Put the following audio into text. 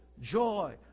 joy